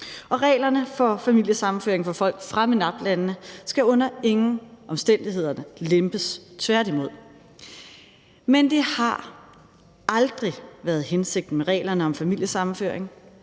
Reglerne for familiesammenføring for folk fra MENAPT-landene skal under ingen omstændigheder lempes, tværtimod. Men det har aldrig været hensigten med reglerne om familiesammenføring,